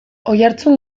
oihartzun